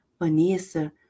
Vanessa